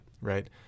right